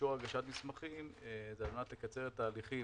שאישור הגשת מסמכים זה על מנת לקצר את ההליכים.